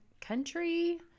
Country